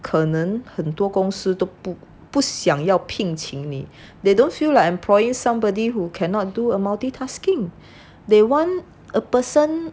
可能很多公司都不不想要聘请你 they don't feel like employing somebody who cannot do a multi multitasking they want a person